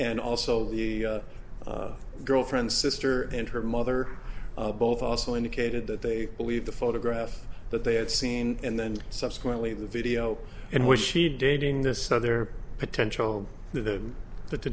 and also the girlfriend's sister and her mother both also indicated that they believe the photograph that they had seen and then subsequently the video in which she dating this other potential the that the